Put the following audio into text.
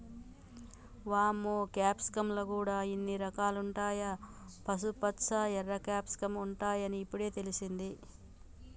వామ్మో క్యాప్సికమ్ ల గూడా ఇన్ని రకాలుంటాయా, పసుపుపచ్చ, ఎర్ర క్యాప్సికమ్ ఉంటాయని ఇప్పుడే తెలిసింది